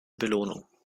belohnung